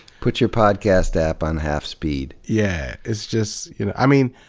put your podcast app on half speed. yeah. it's just, you know i mean,